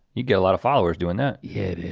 you get a lot of followers doing that. yeah,